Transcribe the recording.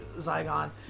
Zygon